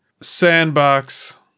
sandbox